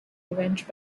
revenge